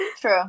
True